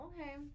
Okay